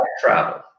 travel